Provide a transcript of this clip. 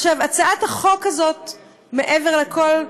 מעבר לכול,